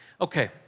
Okay